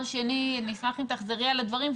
נשמח אם תחזרי על הדברים.